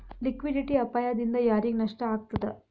Liquidity ಅಪಾಯ ದಿಂದಾ ಯಾರಿಗ್ ನಷ್ಟ ಆಗ್ತದ?